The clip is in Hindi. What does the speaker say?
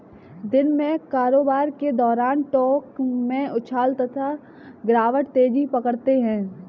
दिन में कारोबार के दौरान टोंक में उछाल तथा गिरावट तेजी पकड़ते हैं